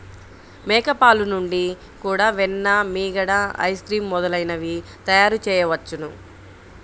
మేక పాలు నుండి కూడా వెన్న, మీగడ, ఐస్ క్రీమ్ మొదలైనవి తయారుచేయవచ్చును